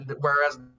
Whereas